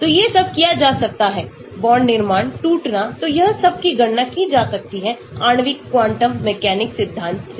तो ये सब किया जा सकता है बॉन्ड निर्माण टूटना तो यह सब की गणना की जा सकती है आणविक क्वांटम मैकेनिक सिद्धांत से